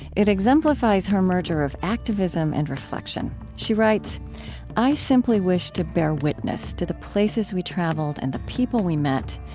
it exemplifies her merger of activism and reflection. she writes i simply wish to bear witness to the places we traveled and the people we met,